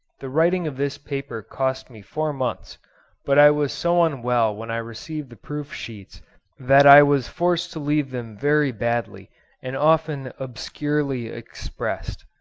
the writing of this paper cost me four months but i was so unwell when i received the proof-sheets that i was forced to leave them very badly and often obscurely expressed.